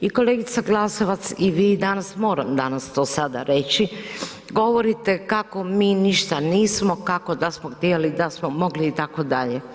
I kolegice Glasovac i vi, danas moram danas to sada reći, govorite kako mi nismo kako da smo htjeli da smo mogli itd.